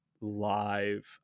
live